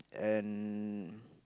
and